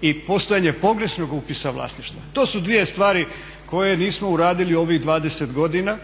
i postojanje pogrešnog upisa vlasništva. To su dvije stvari koje nismo uradili u ovih 20 godina